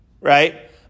right